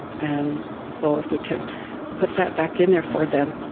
and so if we can put that back in there for them,